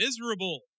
miserable